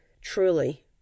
truly